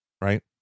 right